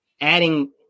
adding